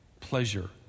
pleasure